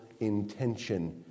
intention